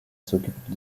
s’occupe